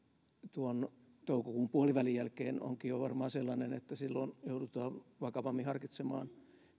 tuon toukokuun puolivälin jälkeen onkin jo varmaan sellainen että silloin joudutaan vakavammin harkitsemaan